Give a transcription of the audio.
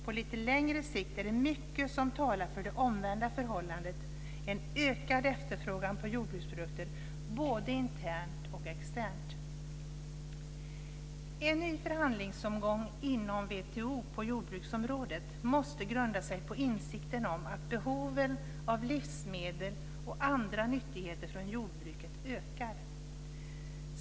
På lite längre sikt är det mycket som talar för det omvända förhållandet, en ökad efterfrågan på jordbruksprodukter både internt och externt. En ny förhandlingsomgång inom WTO på jordbruksområdet måste grunda sig på insikten om att behoven av livsmedel och andra nyttigheter från jordbruket ökar.